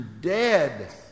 dead